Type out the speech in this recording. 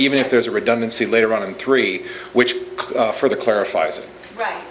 even if there's a redundancy later on in three which for the clarifies it right